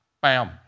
Bam